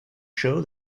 show